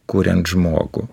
kuriant žmogų